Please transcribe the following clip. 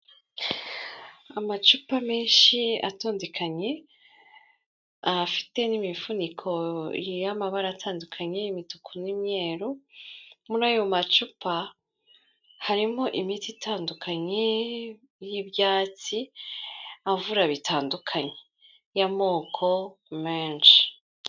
Amacupa menshi atondekanye afite n'imifuniko y'amabara atandukanye imituku n'imyeru, muri ayo macupa harimo imiti itandukanye y'ibyatsi avura bitandukanye y'amoko menshi.